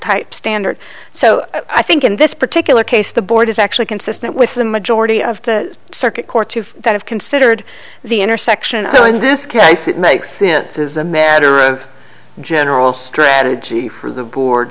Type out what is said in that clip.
type standard so i think in this particular case the board is actually consistent with the majority of the circuit court to that have considered the intersection so in this case it makes since as a matter of general strategy for the board